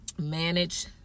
manage